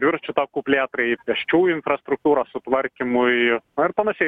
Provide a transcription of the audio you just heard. dviračių takų plėtrai pėsčiųjų infrastruktūros sutvarkymui na ar panašiai